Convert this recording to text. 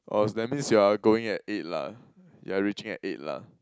oh that means you're going at eight lah you're reaching at eight lah